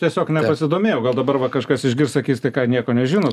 tiesiog pasidomėjau gal dabar va kažkas išgirs sakys tai ką nieko nežino